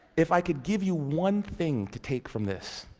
if i could give you one thing to take from this,